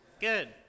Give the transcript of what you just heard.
Good